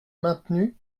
maintenu